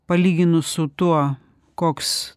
palyginus su tuo koks